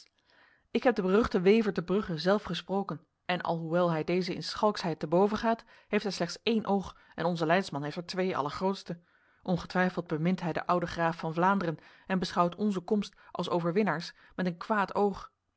ik heb de beruchte wever te brugge zelf gesproken en alhoewel hij deze in schalksheid te boven gaat heeft hij slechts één oog en onze leidsman heeft er twee allergrootste ongetwijfeld bemint hij de oude graaf van vlaanderen en beschouwt onze komst als overwinnaars met een kwaad oog